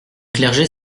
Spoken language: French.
clergé